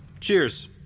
Cheers